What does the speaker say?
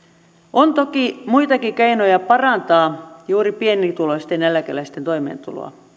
on toki muitakin keinoja parantaa juuri pienituloisten eläkeläisten toimeentuloa